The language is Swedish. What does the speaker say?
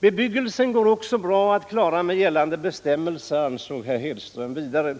Bebyggelsen går också bra att klara med nuvarande bestämmelser, anser herr Hedström vidare.